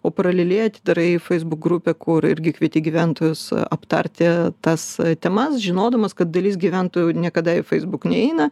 o paraleliai atidarai facebook grupę kur irgi kvietė gyventojus aptarti tas temas žinodamas kad dalis gyventojų niekada į facebook neina